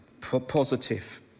positive